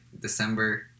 December